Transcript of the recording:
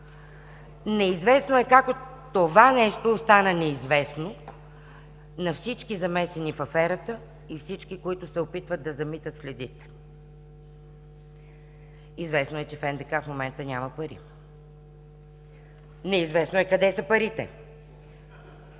неизвестно е как това нещо остана неизвестно на всички, замесени в аферата и всички, които се опитват да замитат следите. Известно е, че в НДК в момента няма пари, неизвестно е къде са парите.